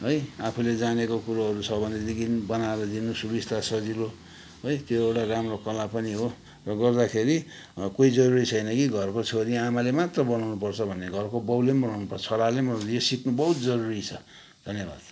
है आफूले जानेको कुरोहरू छ भनेदेखि बनाएर दिनु सुबिस्ता सजिलो है त्यो एउटा राम्रो कला पनि हो र गर्दाखेरि कोही जरुरी छैन कि घरको छोरी आमाले मात्र बनाउनु पर्छ भन्ने घरको बाउले नि बनाउनु पर्छ छोराले पनि बनाउनु पर्छ यो सिक्नु बहुत जरुरी छ धन्यवाद